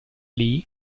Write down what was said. lee